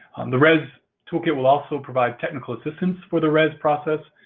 the rez toolkit will also provide technical assistance for the rez process.